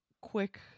quick